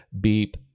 beep